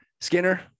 Skinner